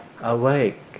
awake